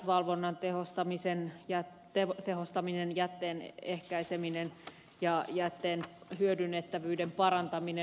valvonnan tehostaminen jätteen ehkäiseminen ja jätteen hyödynnettävyyden parantaminen